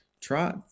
try